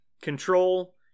Control